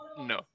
No